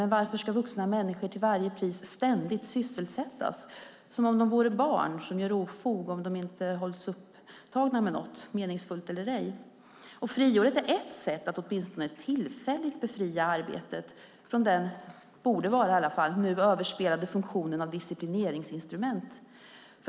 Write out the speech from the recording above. Men varför ska vuxna människor till varje pris ständigt sysselsättas, som om de vore barn som gör ofog om de inte hålls upptagna med något, meningsfullt eller ej. Friåret är ett sätt att åtminstone tillfälligt befria arbetet från den nu överspelade - borde vara det i alla fall - funktionen av disciplineringsinstrument.